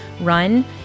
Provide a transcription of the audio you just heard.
run